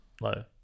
low